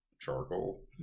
charcoal